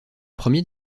premier